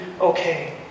okay